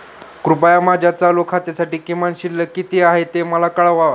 कृपया माझ्या चालू खात्यासाठी किमान शिल्लक किती आहे ते मला कळवा